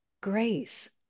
grace